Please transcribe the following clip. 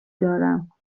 دارم